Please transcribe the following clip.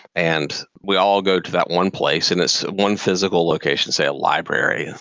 and we all go to that one place and it's one physical location, say a library,